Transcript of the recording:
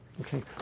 Okay